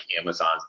Amazon's